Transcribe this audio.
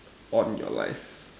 on your life